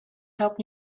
help